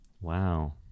Wow